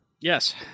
yes